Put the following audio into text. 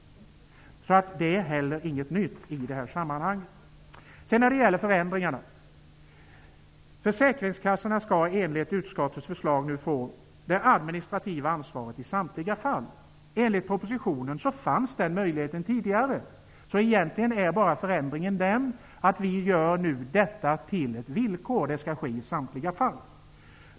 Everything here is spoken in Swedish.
Det är alltså inte heller någonting nytt i det här sammanhanget. Så till förändringarna. Försäkringskassorna skall enligt utskottets förslag nu få det administrativa ansvaret i samtliga fall. Enligt propositionen fanns den möjligheten tidigare, så egentligen är förändringen bara den att vi nu gör detta till ett villkor -- det skall ske i samtliga fall.